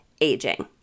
aging